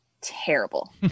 terrible